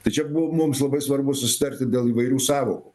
tai čia buvo mums labai svarbu susitarti dėl įvairių sąvokų